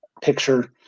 picture